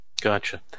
Gotcha